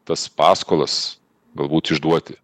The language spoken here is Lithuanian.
tas paskolas galbūt išduoti